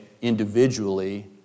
individually